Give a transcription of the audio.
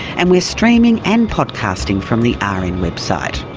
and we're streaming and podcasting from the ah rn website.